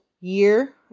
year